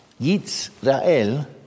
Yitzrael